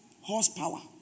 Horsepower